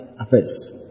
affairs